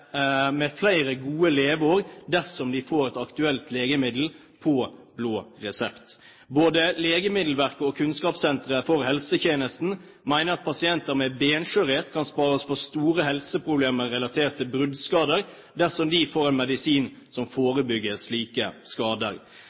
med flere gode leveår dersom de får et aktuelt legemiddel på blå resept. Både Legemiddelverket og Kunnskapssenteret for helsetjenesten mener at pasienter med beinskjørhet kan spares for store helseproblemer relatert til bruddskader dersom de får en medisin som forebygger slike skader.